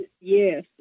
Yes